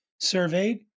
surveyed